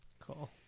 Cool